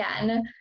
again